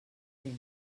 fems